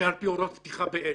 על פי דין ועל פי הוראות פתיחה באש.